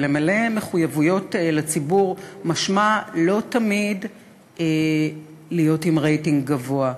ולמלא מחויבויות לציבור משמע לא תמיד להיות עם רייטינג גבוה,